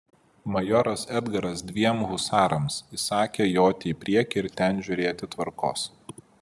majoras edgaras dviem husarams įsakė joti į priekį ir ten žiūrėti tvarkos